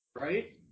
Right